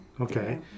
Okay